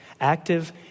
Active